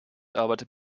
arbeitet